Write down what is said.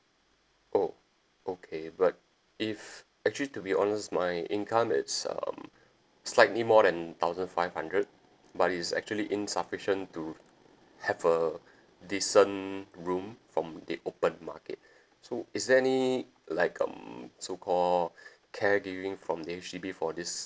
oh okay but if actually to be honest my income is um slightly more than thousand five hundred but it's actually insufficient to have a decent room from the open market so is there any like um so called care giving from H_D_B for this